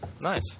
Nice